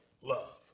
love